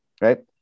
right